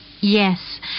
Yes